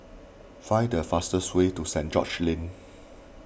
find the fastest way to Saint George's Lane